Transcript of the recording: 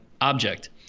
object